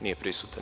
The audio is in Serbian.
Nije prisutan.